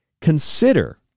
consider